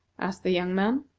asked the young man.